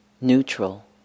Neutral